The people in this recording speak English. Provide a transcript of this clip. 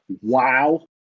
wow